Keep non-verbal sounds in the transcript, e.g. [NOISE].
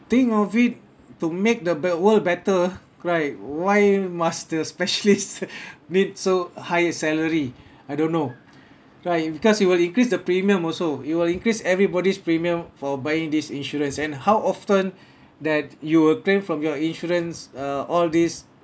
think of it to make the be~ world better right why must the specialists [LAUGHS] need so higher salary I don't know right because it will increase the premium also it will increase everybody's premium for buying these insurance and how often that you will claim from your insurance uh all these